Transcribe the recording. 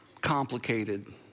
complicated